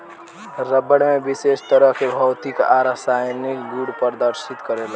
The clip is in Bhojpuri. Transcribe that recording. रबड़ में विशेष तरह के भौतिक आ रासायनिक गुड़ प्रदर्शित करेला